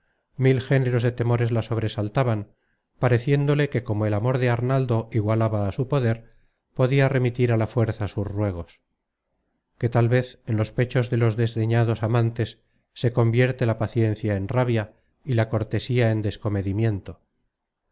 mil géneros de temores la sobresaltaban pareciéndole que como el amor de arnaldo igualaba á su poder podia remitir a la fuerza sus ruegos que tal vez en los pechos de los desdeñados amantes se convierte la paciencia en rabia y la cortesía en